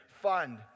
fund